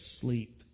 sleep